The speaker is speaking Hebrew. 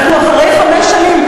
אנחנו אחרי חמש שנים.